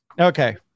Okay